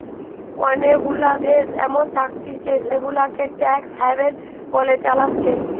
অনেগুলা দেশ এমন থাকতিছে জেগুলাকে ট্যাক্স হ্যাভেন বলে চালাচ্ছে